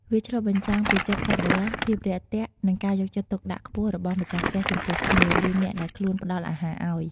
វាឆ្លុះបញ្ចាំងពីចិត្តសប្បុរស ភាពរាក់ទាក់ និងការយកចិត្តទុកដាក់ខ្ពស់របស់ម្ចាស់ផ្ទះចំពោះភ្ញៀវ ឬអ្នកដែលខ្លួនផ្តល់អាហារឲ្យ។